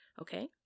okay